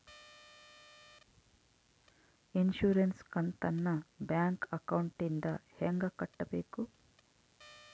Insurance ಕಂತನ್ನ bank ಅಕೌಂಟಿಂದ ಹೆಂಗ ಕಟ್ಟಬೇಕು?